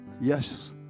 yes